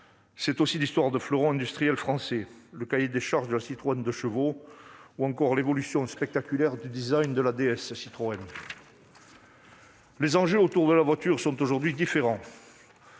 C'est aussi l'histoire de fleurons industriels français, le cahier des charges de la Citroën 2 CV, ou encore l'évolution spectaculaire du de la DS. Les enjeux autour de la voiture sont aujourd'hui différents.